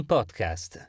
Podcast